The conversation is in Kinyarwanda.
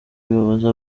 bibabaza